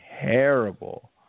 terrible